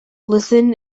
listen